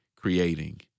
creating